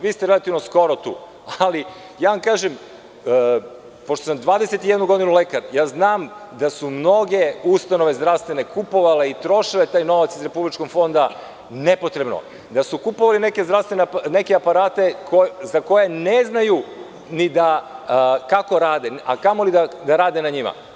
Vi ste relativno skoro tu, ali ja vam kažem pošto sam 21 godinu lekar, ja znam da su mnoge ustanove zdravstvene kupovale i trošile taj novac iz Republičkog fonda nepotrebno, da su kupovali neke aparate za koje ne znaju ni kako rade, a kamoli da rade na njima.